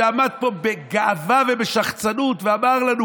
שעמד פה בגאווה ובשחצנות ואמר לנו